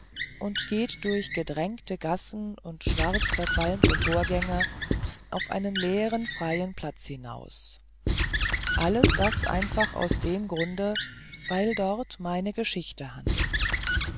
und geht durch gedrängte gassen und schwarze verqualmte torgänge auf einen leeren freien platz hinaus alles das einfach aus dem grunde weil dort meine geschichte handelt